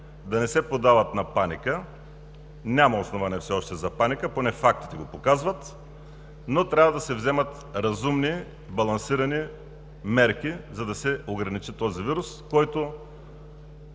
да не се поддават на паника. Все още няма основание за паника, поне фактите го показват, но трябва да се вземат разумни, балансирани мерки, за да се ограничи този вирус, който,